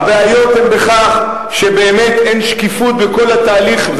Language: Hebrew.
הבעיות הן בכך שבאמת אין שקיפות בכל התהליך,